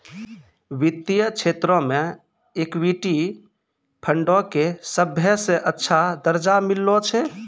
वित्तीय क्षेत्रो मे इक्विटी फंडो के सभ्भे से अच्छा दरजा मिललो छै